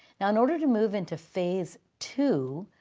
now in order to move into phase two,